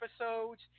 episodes